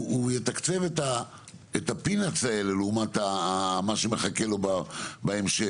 הוא יתקצב את הדברים הקטנים האלה לעומת מה שמחכה לו בהמשך.